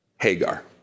Hagar